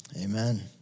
amen